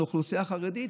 על האוכלוסייה החרדית,